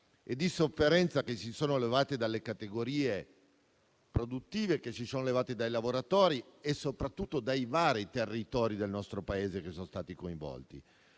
e di sofferenza che si sono levate dalle categorie produttive, dai lavoratori e soprattutto dai vari territori del nostro Paese che sono stati coinvolti.